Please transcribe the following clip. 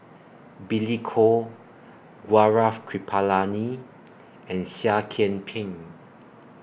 Billy Koh Gaurav Kripalani and Seah Kian Peng